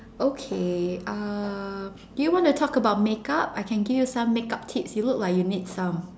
okay uh do you want to talk about makeup I can give you some makeup tips you look like you need some